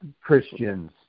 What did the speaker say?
Christians